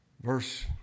Verse